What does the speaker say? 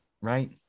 right